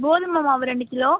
கோதுமை மாவு ரெண்டு கிலோ